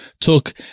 took